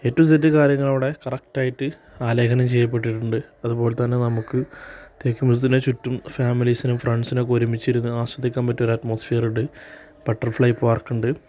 A to Z കാര്യങ്ങളവിടെ കറക്ടായിട്ട് ആലേഖനം ചെയ്യപ്പെട്ടിട്ടുണ്ട് അതുപോലെതന്നെ നമുക്ക് തേക്ക് മ്യൂസിയത്തിന്റെ ചുറ്റും ഫാമിലീസിനും ഫ്രണ്ട്സിനൊക്കെ ഒരുമിച്ചിരുന്ന് ആസ്വദിക്കാൻ പറ്റിയ ഒരു അറ്റ്മോസ്ഫിയറുണ്ട് ബട്ടർഫ്ലൈ പാർക്കുണ്ട്